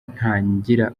ntangira